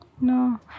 No